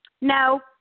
No